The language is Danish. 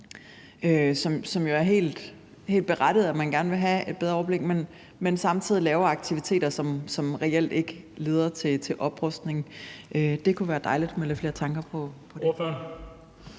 er jo helt berettiget, at man gerne vil have et bedre overblik – men at man på den anden side laver aktiviteter, som reelt ikke leder til oprustning. Det kunne være dejligt med lidt flere tanker om det.